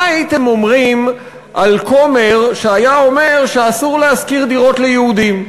מה הייתם אומרים על כומר שהיה אומר שאסור להשכיר דירות ליהודים?